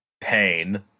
Pain